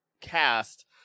cast